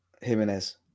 Jimenez